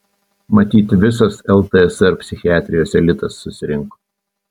matyt visas ltsr psichiatrijos elitas susirinko